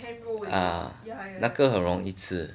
ah 那个很容易吃